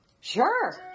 Sure